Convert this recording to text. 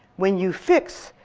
when you fix,